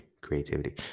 Creativity